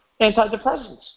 antidepressants